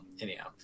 anyhow